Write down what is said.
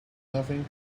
nothing